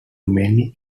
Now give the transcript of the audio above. many